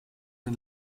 den